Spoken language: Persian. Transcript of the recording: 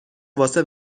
واسه